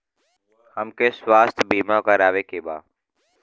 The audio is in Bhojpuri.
हमके स्वास्थ्य बीमा करावे के बा?